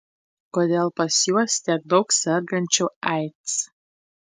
kodėl pas juos tiek daug sergančių aids